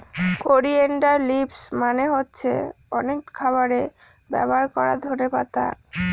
coriander leaves মানে হচ্ছে অনেক খাবারে ব্যবহার করা ধনে পাতা